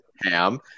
ham